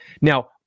Now